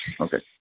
Okay